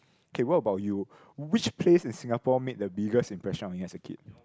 okay what about you which place in Singapore made the biggest impression on you as a kid